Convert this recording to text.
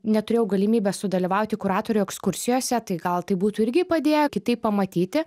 neturėjau galimybės sudalyvauti kuratorių ekskursijose tai gal tai būtų irgi padėję kitaip pamatyti